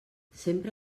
sempre